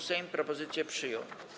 Sejm propozycję przyjął.